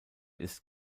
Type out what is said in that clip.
ist